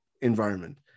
environment